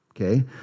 Okay